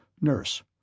Nurse